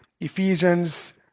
Ephesians